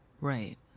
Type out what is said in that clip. Right